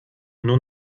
nur